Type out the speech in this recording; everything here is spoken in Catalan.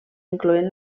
incloent